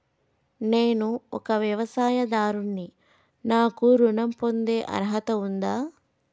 నేను ఒక వ్యవసాయదారుడిని నాకు ఋణం పొందే అర్హత ఉందా?